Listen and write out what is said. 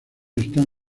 están